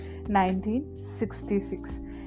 1966